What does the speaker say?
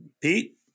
Pete